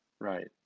Right